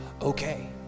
okay